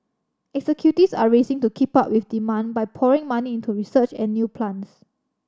executives are racing to keep up with demand by pouring money into research and new plants